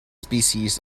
species